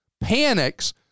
panics